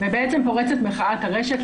ובעצם פורצת מחאת הרשת,